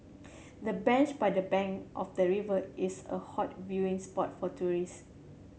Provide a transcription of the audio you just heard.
the bench by the bank of the river is a hot viewing spot for tourist